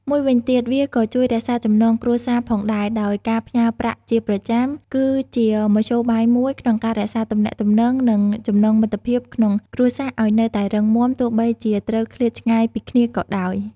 មួយវិញទៀតវាក៏ជួយរក្សាចំណងគ្រួសារផងដែរ ដោយការផ្ញើប្រាក់ជាប្រចាំ គឺជាមធ្យោបាយមួយក្នុងការរក្សាទំនាក់ទំនង និងចំណងមិត្តភាពក្នុងគ្រួសារឲ្យនៅតែរឹងមាំ ទោះបីជាត្រូវឃ្លាតឆ្ងាយពីគ្នាក៏ដោយ។